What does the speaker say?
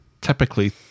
typically